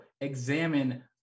examine